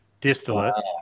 distillate